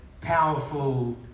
powerful